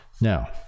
Now